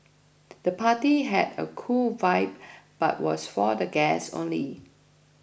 the party had a cool vibe but was for the guests only